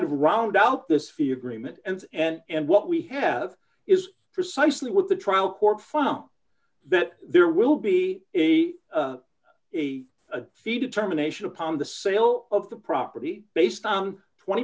of round out this fee agreement and and what we have is precisely what the trial court from that there will be a fee determination upon the sale of the property based on twenty